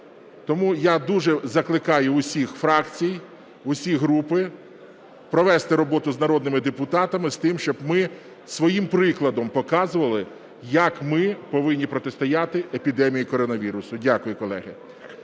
Тому я дуже закликаю усі фракції, всі групи провести роботу з народними депутатами з тим, щоб ми своїм прикладом показували, як ми повинні протистояти епідемії коронавірусу. Дякую, колеги.